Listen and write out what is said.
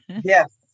Yes